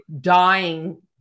dying